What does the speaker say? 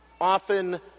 often